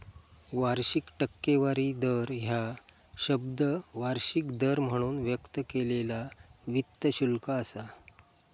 वार्षिक टक्केवारी दर ह्या शब्द वार्षिक दर म्हणून व्यक्त केलेला वित्त शुल्क असा